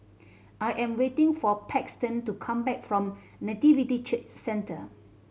I am waiting for Paxton to come back from Nativity Church Centre